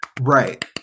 Right